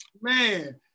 Man